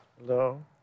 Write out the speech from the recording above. hello